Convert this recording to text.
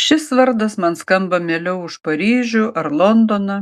šis vardas man skamba mieliau už paryžių ar londoną